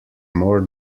more